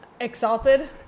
Exalted